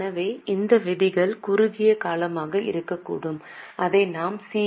எனவே இந்த விதிகள் குறுகிய காலமாக இருக்கக்கூடும் அதை நாம் சி